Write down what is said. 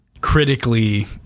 critically